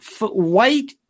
white